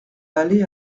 aller